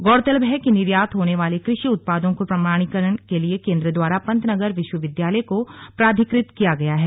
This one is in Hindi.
गौरतलब है कि निर्यात होने वाले कृषि उत्पादों को प्रमाणीकरण के लिए केन्द्र द्वारा पंतनगर विश्व विद्यालय को प्राधिकृत किया गया है